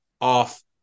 off